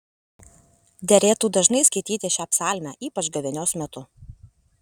derėtų dažnai skaityti šią psalmę ypač gavėnios metu